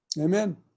Amen